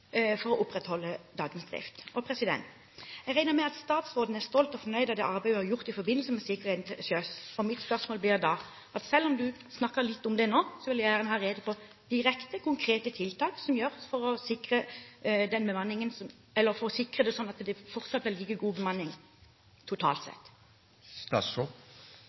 for å opprettholde dagens drift. Jeg regner med at statsråden er stolt og fornøyd av det arbeidet hun har gjort i forbindelse med sikkerheten til sjøs. Mitt spørsmål blir da, og selv om hun snakket litt om det nå – dette vil jeg gjerne ha rede på: Hvilke direkte, konkrete tiltak kan gjøres for å sikre at de fortsatt vil ligge med god bemanning totalt sett? Som jeg var innom i mitt innlegg, består redningstjenesten, det